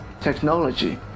technology